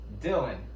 Dylan